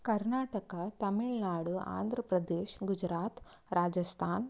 Karnataka Tamil Nadu Andhra Pradesh Gujarat Rajasthan